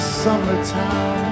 summertime